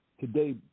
Today